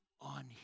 on